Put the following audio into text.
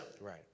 Right